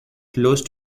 close